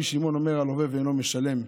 רבי שמעון אומר, הלֹוֶה ואינו משלם.